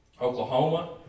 Oklahoma